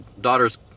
daughter's